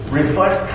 reflect